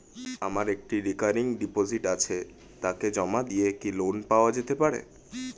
আমার একটি recurring deposit আছে তাকে জমা দিয়ে কি লোন পাওয়া যেতে পারে?